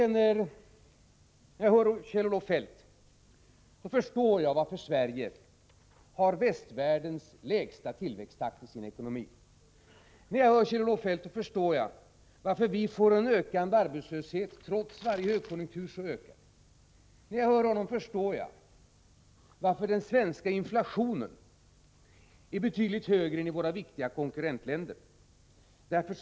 När jag hör Kjell-Olof Feldt förstår jag varför Sverige har västvärldens lägsta tillväxttakt i sin ekonomi. När jag hör Kjell-Olof Feldt förstår jag varför vi får en ökande arbetslöshet, även vid varje högkonjunktur. När jag hör honom förstår jag varför den svenska inflationen är betydligt högre än i våra viktiga konkurrentländer.